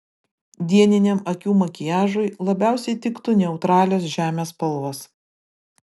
dieniniam akių makiažui labiausiai tiktų neutralios žemės spalvos